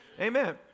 Amen